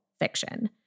fiction